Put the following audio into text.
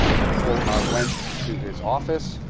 ah people went to his office,